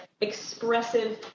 expressive